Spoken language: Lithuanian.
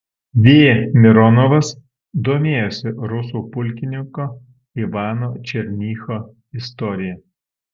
v mironovas domėjosi rusų pulkininko ivano černycho istorija